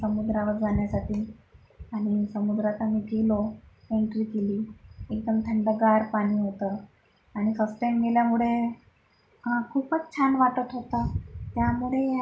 समुद्रावर जाण्यासाठी आणि समुद्रात आम्ही गेलो एन्ट्री केली एकदम थंडगार पाणी होतं आणि फस्ट टाईम गेल्यामुळे खूपच छान वाटत होतं त्यामुळे